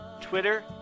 Twitter